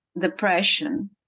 depression